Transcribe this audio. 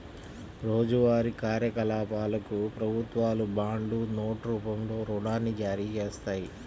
రోజువారీ కార్యకలాపాలకు ప్రభుత్వాలు బాండ్లు, నోట్ రూపంలో రుణాన్ని జారీచేత్తాయి